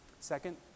second